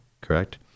correct